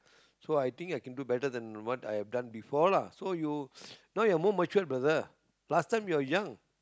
so I think I can do better than what I've done before lah so you now you're more matured brother last time you're young